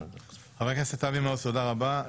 חבר הכנסת אבי מעוז, תודה רבה.